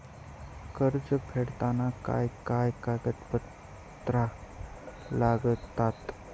कर्ज फेडताना काय काय कागदपत्रा लागतात?